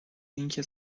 اینکه